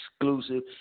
Exclusive